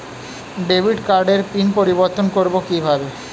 Debit কার্ডের pin পরিবর্তন করবো কীভাবে?